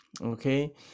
Okay